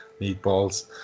meatballs